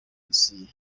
dosiye